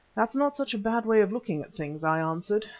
that's not such a bad way of looking at things, i answered,